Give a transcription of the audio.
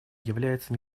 является